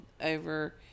over